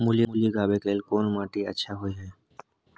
मूली उगाबै के लेल कोन माटी अच्छा होय है?